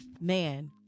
Man